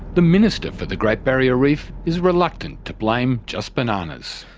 the minister for the great barrier reef is reluctant to blame just bananas.